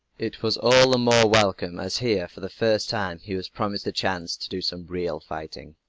it was all the more welcome as here, for the first time, he was promised a chance to do some real fighting.